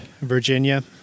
Virginia